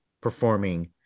performing